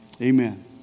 Amen